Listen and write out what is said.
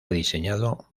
diseñado